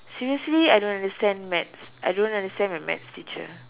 seriously I don't understand maths I don't understand my maths teacher